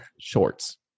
shorts